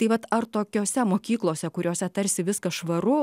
tai vat ar tokiose mokyklose kuriose tarsi viskas švaru